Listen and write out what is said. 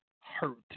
hurt